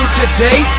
today